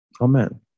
Amen